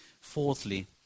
Fourthly